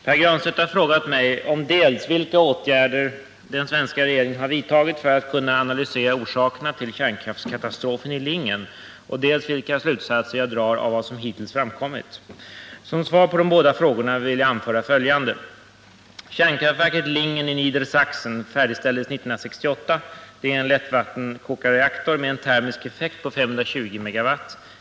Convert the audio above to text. Herr talman! Pär Granstedt har frågat mig dels vilka åtgärder den svenska regeringen har vidtagit för att kunna analysera orsakerna till kärnkraftskatastrofen i Lingen, dels vilka slutsatser jag drar av vad som hittills framkommit. Som svar på de båda frågorna vill jag anföra följande. Kärnkraftverket Lingen, Niedersachsen, färdigställdes 1968. Det är en lättvattenkokarreaktor med en termisk effekt av 520 MW.